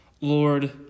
Lord